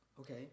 Okay